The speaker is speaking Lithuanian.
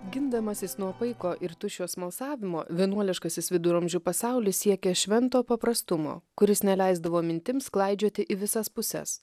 gindamasis nuo paiko ir tuščio smalsavimo vienuoliškasis viduramžių pasaulis siekia švento paprastumo kuris neleisdavo mintims klaidžioti į visas puses